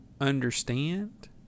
understand